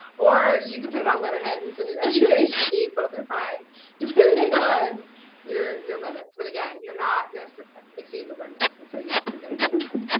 or you can put it on letterhead and send it as your agency. both are fine depending on your your limits, but, again, you're not going to exceed the limits, and so you're gonna be okay.